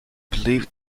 believed